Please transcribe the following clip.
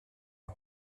ein